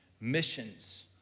missions